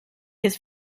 his